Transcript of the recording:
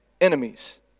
enemies